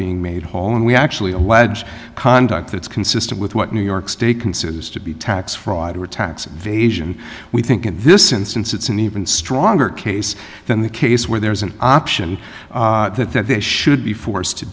being made whole and we actually allege conduct that's consistent with what new york state considers to be tax fraud or tax evasion we think in this instance it's in the a stronger case than the case where there is an option that that they should be forced to